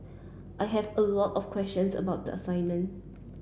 I have a lot of questions about the assignment